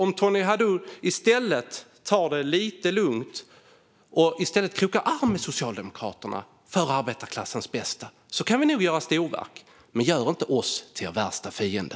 Om Tony Haddou i stället tar det lite lugnt och krokar arm med Socialdemokraterna för arbetarklassens bästa kan vi nog göra storverk. Men gör inte oss till er värsta fiende!